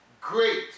great